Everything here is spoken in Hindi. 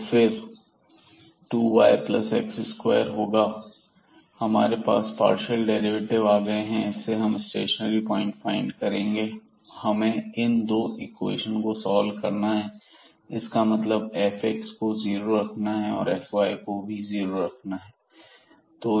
तो फिर 2 y x2 होगा हमारे पास पार्शियल डेरिवेटिव आ गए हैं इससे हम स्टेशनरी प्वाइंट फाइंड करेंगे हमें इन दो इक्वेशन को सॉल्व करना है इसका मतलब fx को 0 रखना है और fy को जीरो रखना है